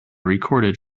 recorded